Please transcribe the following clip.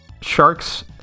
sharks